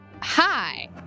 Hi